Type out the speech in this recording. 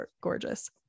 gorgeous